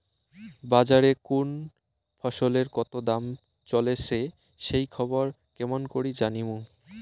বাজারে কুন ফসলের কতো দাম চলেসে সেই খবর কেমন করি জানীমু?